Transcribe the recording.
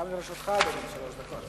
גם לרשותך, אדוני, שלוש דקות.